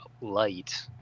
light